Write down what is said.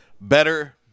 better